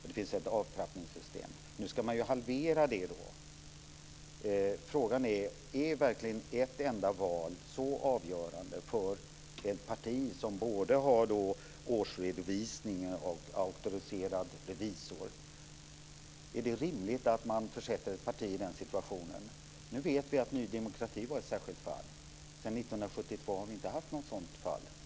Det finns också ett avtappningssystem som nu ska halveras. Frågan är: Är verkligen ett enda val så avgörande för ett parti som har både årsredovisning och auktoriserad revisor? Är det rimligt att man försätter ett parti i den situationen? Nu vet vi att Ny demokrati var ett särskilt fall. Sedan 1992 har vi inte haft något mer sådant fall.